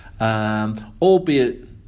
albeit